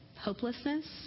hopelessness